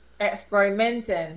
experimenting